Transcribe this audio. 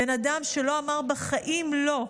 בן אדם שלא אמר בחיים "לא",